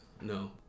No